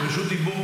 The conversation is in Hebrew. מירב, רגע.